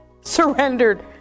surrendered